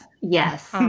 Yes